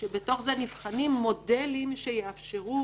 כשבתוך זה נבחנים מודלים שיאפשרו